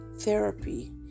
Therapy